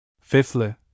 Fifthly